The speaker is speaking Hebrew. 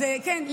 אז כן,